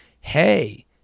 Hey